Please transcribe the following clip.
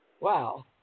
Wow